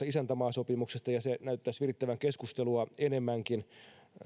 isäntämaasopimuksesta ja se näyttäisi virittävän keskustelua enemmänkin